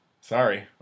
sorry